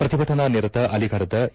ಪ್ರತಿಭಟನಾ ನಿರತ ಅಲಿಗಢದ ಎ